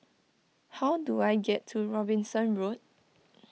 how do I get to Robinson Road